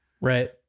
Right